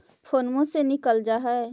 फोनवो से निकल जा है?